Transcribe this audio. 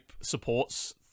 supports